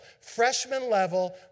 Freshman-level